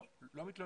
לא, הם לא מתלוננים,